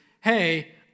hey